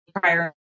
prior